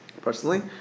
personally